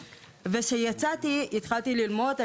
וכשיצאתי התחלתי ללמוד.